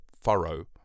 furrow